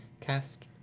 Cast